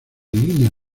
línea